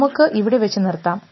നമുക്ക് ഇവിടെ വച്ച് നിർത്താം